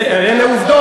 אלה עובדות.